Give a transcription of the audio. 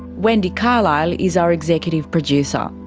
wendy carlisle is our executive producer.